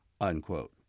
unquote